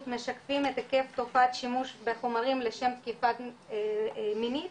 משקפים את היקף תופעת השימוש בחומרים לשם תקיפה מינית